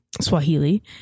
Swahili